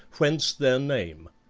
whence their name.